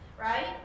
right